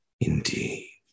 Indeed